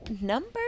number